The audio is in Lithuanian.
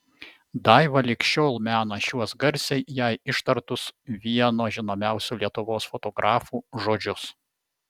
daiva lig šiol mena šiuos garsiai jai ištartus vieno žinomiausių lietuvos fotografų žodžius